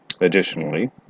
additionally